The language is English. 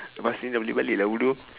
lepas ni dah boleh balik lah bodoh